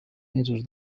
mesos